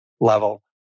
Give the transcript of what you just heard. level